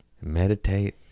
Meditate